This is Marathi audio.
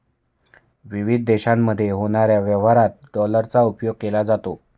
विविध देशांमध्ये होणाऱ्या व्यापारात डॉलरचा उपयोग केला जातो